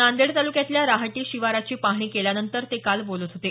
नांदेड ताल्क्यातल्या राहटी शिवाराची पाहणी केल्यानंतर ते काल बोलत होते